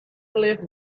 leave